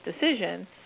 decision